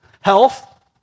Health